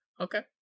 Okay